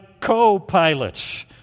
co-pilots